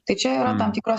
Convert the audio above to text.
tai čia yra tam tikros